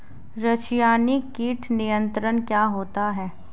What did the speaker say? रसायनिक कीट नियंत्रण क्या होता है?